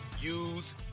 use